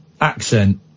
accent